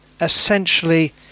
essentially